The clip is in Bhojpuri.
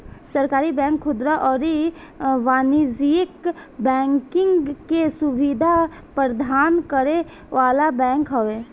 सहकारी बैंक खुदरा अउरी वाणिज्यिक बैंकिंग के सुविधा प्रदान करे वाला बैंक हवे